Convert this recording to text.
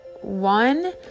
one